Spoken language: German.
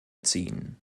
ziehen